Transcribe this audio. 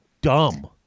dumb